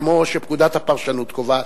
כמו שפקודת הפרשנות קובעת,